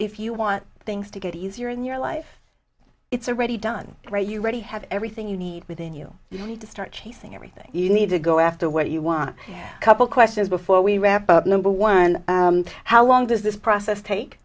if you want things to get easier in your life it's a ready done right you ready have everything you need within you to start chasing everything you need to go after what you want a couple questions before we wrap up number one how long does this process take